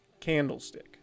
candlestick